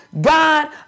God